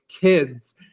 kids